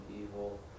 evil